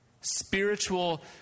spiritual